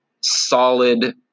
solid